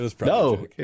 No